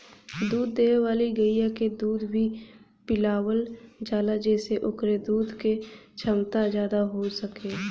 दूध देवे वाली गइया के दूध भी पिलावल जाला जेसे ओकरे दूध क छमता जादा हो सके